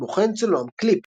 כמו כן צולם קליפ.